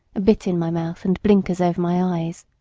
a bit in my mouth, and blinkers over my eyes.